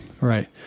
Right